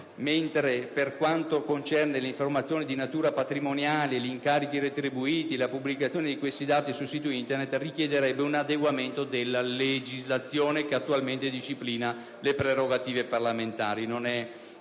mentre per quanto concerne l'informazione di natura patrimoniale, gli incarichi retribuiti, la pubblicazione di questi dati sul sito Internet richiederebbe un adeguamento della legislazione che attualmente disciplina le prerogative parlamentari.